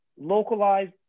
localized